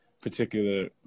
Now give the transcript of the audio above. particular